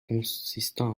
consistant